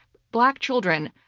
black children,